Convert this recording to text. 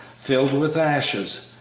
filled with ashes,